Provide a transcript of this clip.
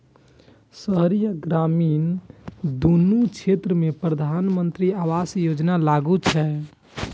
शहरी आ ग्रामीण, दुनू क्षेत्र मे प्रधानमंत्री आवास योजना लागू छै